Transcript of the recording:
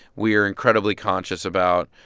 we are incredibly conscious about,